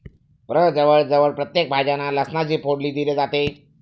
प्रजवळ जवळ प्रत्येक भाज्यांना लसणाची फोडणी दिली जाते